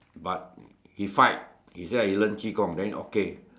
but he fight he say he learn qi-gong then okay